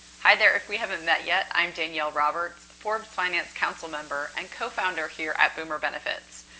hi there. if we haven't met yet, i'm danielle roberts, forbes finance council member and co-founder here at boomer benefits,